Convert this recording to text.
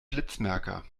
blitzmerker